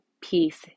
peace